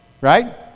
right